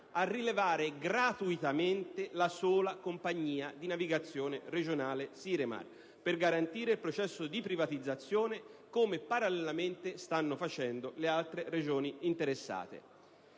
a rilevare gratuitamente la sola compagnia di navigazione regionale Siremar, per garantirne il processo di privatizzazione come parallelamente stanno facendo le altre Regioni interessate.